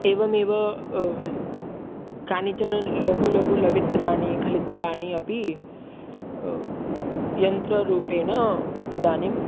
एवमेव कानिचन लघु लघु लवित्राणि खलित्राणि अपि यन्त्ररूपेण इदानीं